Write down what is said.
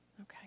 okay